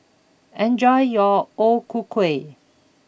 enjoy your O Ku Kueh